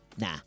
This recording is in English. nah